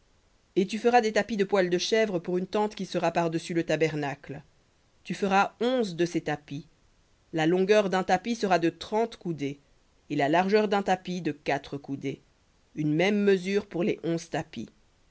et tu feras des tapis de poil de chèvre pour une tente par-dessus le tabernacle tu feras onze de ces tapis la longueur d'un tapis sera de trente coudées et la largeur d'un tapis de quatre coudées une même mesure pour les onze tapis